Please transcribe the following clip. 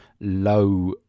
low